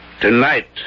Tonight